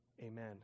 Amen